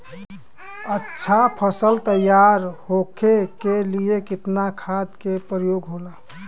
अच्छा फसल तैयार होके के लिए कितना खाद के प्रयोग होला?